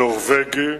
נורבגי,